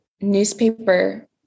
newspaper